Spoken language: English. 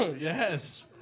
Yes